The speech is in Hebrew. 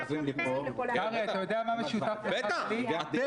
נראה את זה בהצבעות,